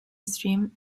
stream